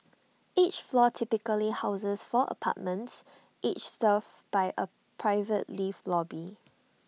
each floor typically houses four apartments each served by A private lift lobby